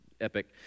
epic